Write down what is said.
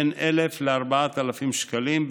בין 1,000 ל-4,000 שקלים,